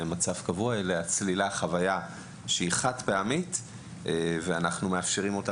ואנחנו מאפשרים אותן